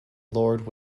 lord